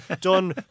done